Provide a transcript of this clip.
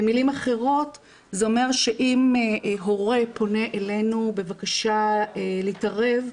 במילים אחרות זה אומר שאם הורה פונה אלינו בבקשה להתערב,